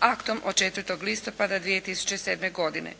aktom od 4. listopada 2007. godine.